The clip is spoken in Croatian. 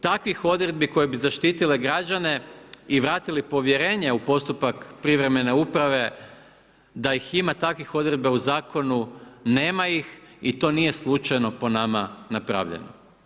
Takvih odredbi koje bi zaštitile građane i vratile povjerenje u postupak privremene uprave, da ih ima takvih odredba u zakonu, nema ih i to nije slučajno po nama napravljeno.